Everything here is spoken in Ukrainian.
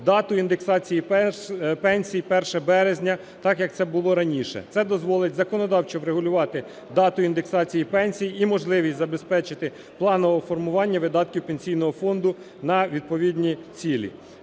дату індексації пенсій 1 березня, так як це було раніше. Це дозволить законодавчо врегулювати дату індексації пенсій і можливість забезпечити планове формування видатків Пенсійного фонду на відповідні цілі,